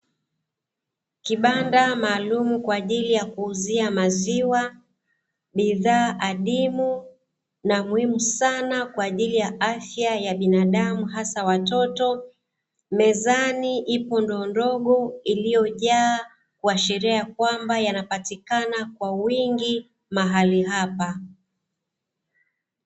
Kibanda maalumu kwa ajili ya kuuzia maziwa, bidhaa adimu na muhimu sana kwa ajili ya afya ya binadamu hasa watoto, mezani ipo ndoo ndogo iliyojaa, kuashiria ya kwamba yanapatikana kwa wingi mahali hapa.